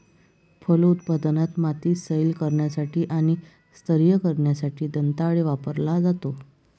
फलोत्पादनात, माती सैल करण्यासाठी आणि स्तरीय करण्यासाठी दंताळे वापरला जातो